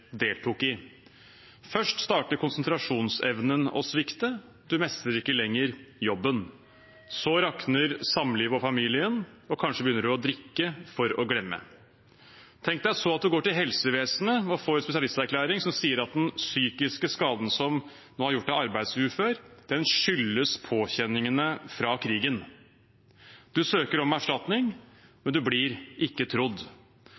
deltok i. Først starter konsentrasjonsevnen å svikte. Du mestrer ikke lenger jobben. Så rakner samlivet og familien, og kanskje begynner du å drikke for å glemme. Tenk deg så at du går til helsevesenet og får en spesialisterklæring som sier at den psykiske skaden som nå har gjort deg arbeidsufør, skyldes påkjenningene fra krigen. Du søker om erstatning, men du blir ikke trodd.